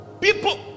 people